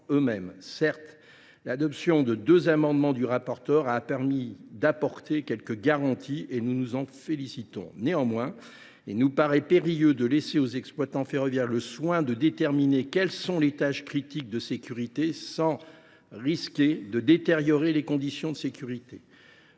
Certes, l’adoption de deux amendements du rapporteur a permis d’apporter quelques garanties, et nous nous en félicitons. Néanmoins, il nous paraît difficile de laisser aux exploitants ferroviaires le soin de déterminer les tâches critiques de sécurité sans risquer de détériorer les conditions de sécurité,